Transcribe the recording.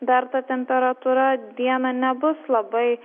dar ta temperatūra dieną nebus labai